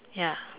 ya